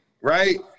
right